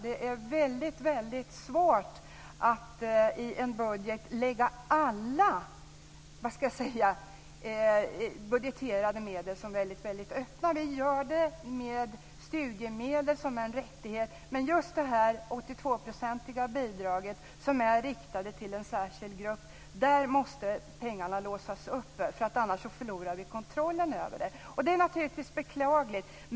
Det är svårt att i en budget lägga alla budgeterade medel som öppna. Vi gör det med studiemedlet som en rättighet. Men just när det gäller det 82-procentiga bidrag som är riktat till en särskild grupp måste pengarna låsas, för annars förlorar vi kontrollen över dem. Det är naturligtvis beklagligt.